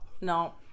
No